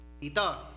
Tito